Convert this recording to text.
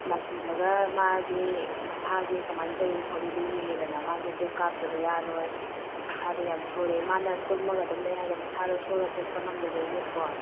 ꯂꯥꯛꯄꯤꯔꯒ ꯃꯥꯒꯤ ꯃꯁꯥꯁꯦ ꯀꯃꯥꯏ ꯇꯧꯔꯤ ꯈꯣꯠꯂꯤꯗꯨ ꯌꯦꯡꯉꯦꯗꯅ ꯃꯥꯁꯦ ꯗ꯭ꯔꯤꯞ ꯀꯥꯞꯇꯕ ꯌꯥꯔꯣꯏ ꯃꯁꯥꯗꯣ ꯌꯥꯝ ꯁꯣꯜꯂꯦ ꯃꯥꯅ ꯇꯨꯝꯃꯒ ꯑꯗꯨꯝ ꯂꯩ ꯍꯥꯏꯗꯣ ꯃꯁꯥꯗꯣ ꯁꯣꯜꯂ ꯆꯠꯄ ꯉꯝꯗꯕꯩꯅꯦꯕꯀꯣ